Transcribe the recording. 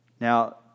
Now